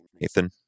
nathan